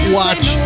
watch